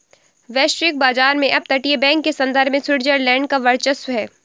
वैश्विक बाजार में अपतटीय बैंक के संदर्भ में स्विट्जरलैंड का वर्चस्व है